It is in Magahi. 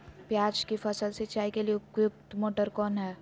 प्याज की फसल सिंचाई के लिए उपयुक्त मोटर कौन है?